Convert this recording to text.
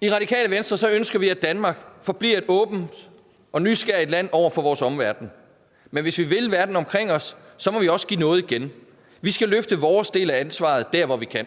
I Radikale Venstre ønsker vi, at Danmark forbliver et åbent og nysgerrigt land over for vores omverden. Men hvis vi vil verden omkring os, må vi også give noget igen. Vi skal løfte vores del af ansvaret der, hvor vi kan.